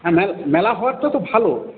হ্যাঁ মেলা হওয়ারটা তো ভালো